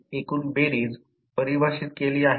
तर म्हणूनच येथे येथे लिहिले आहे x 1